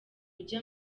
ujya